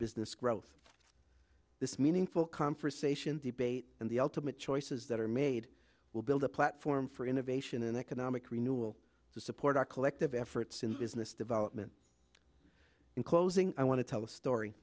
business growth this meaningful conversation debate and the ultimate choices that are made will build a platform for innovation and economic renewal to support our collective efforts in business development in closing i want to tell a story